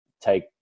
take